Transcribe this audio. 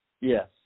Yes